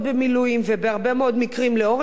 ובהרבה מאוד מקרים לאורך שנים.